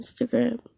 Instagram